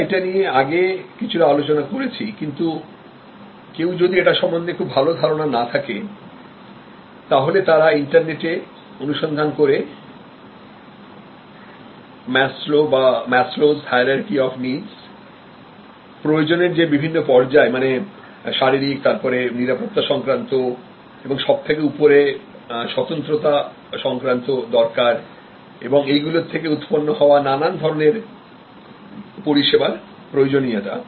আমরা এটা নিয়ে আগে কিছুটা আলোচনা করেছি কিন্তু কেউ যদি এটা সম্বন্ধে খুব ভালো ধারণা না থাকে তাহলে তারা ইন্টারনেটে অনুসন্ধান করে আবার Maslow বা Maslow's hierarchy of needs প্রয়োজনের যে বিভিন্ন পর্যায়মানে শারীরিক তারপরে নিরাপত্তা সংক্রান্ত এবং সবথেকে উপরে স্বতন্ত্রতা সংক্রান্ত দরকার এবং এইগুলো থেকে উৎপন্ন হওয়া নানান ধরনের পরিষেবারপ্রয়োজনীয়তা